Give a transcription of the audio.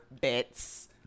bits